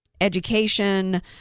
Education